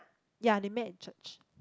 ya they met in church